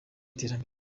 iterambere